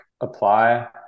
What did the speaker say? apply